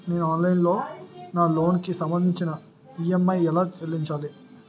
నేను ఆన్లైన్ లో నా లోన్ కి సంభందించి ఈ.ఎం.ఐ ఎలా చెల్లించాలి?